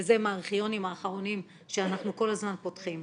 וזה מהארכיונים האחרונים שאנחנו כל הזמן פותחים,